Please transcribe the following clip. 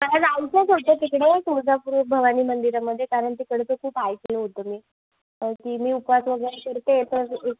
मला जायचंच होतं तिकडे तुळजापुर भवानी मंदिरामध्ये कारण तिकडचं खूप ऐकलं होतं मी तिन्ही उपवास वगैरे करते तर एक